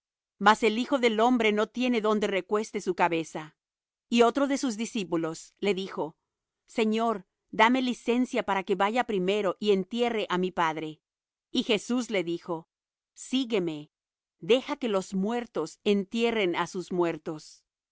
mas el hijo del hombre no tiene donde recueste su cabeza y otro de sus discípulos le dijo señor dame licencia para que vaya primero y entierre á mi padre y jesús le dijo sígueme deja que los muertos entierren á sus muertos